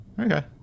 Okay